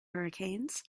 hurricanes